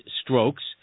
strokes